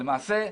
זאת אומרת,